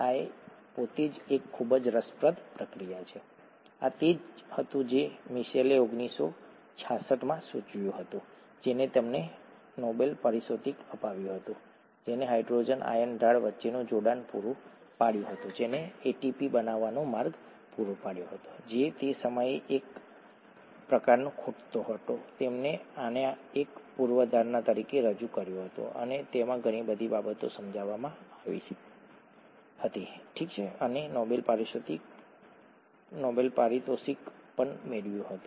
આ પોતે જ એક ખૂબ જ રસપ્રદ પ્રક્રિયા છે આ તે જ હતું જે મિશેલે 1966 માં સૂચવ્યું હતું જેણે તેમને નોબેલ પારિતોષિક અપાવ્યું હતું જેણે હાઇડ્રોજન આયન ઢાળ વચ્ચેનું જોડાણ પૂરું પાડ્યું હતું જેણે એટીપી બનાવવાનો માર્ગ પૂરો પાડ્યો હતો જે તે સમયે એક પ્રકારનો ખૂટતો હતો તેમણે આને એક પૂર્વધારણા તરીકે રજૂ કર્યું હતું અને તેમાં ઘણી બધી બાબતો સમજાવવામાં આવી હતી ઠીક છે અને નોબેલ પારિતોષિક પણ મેળવ્યું હતું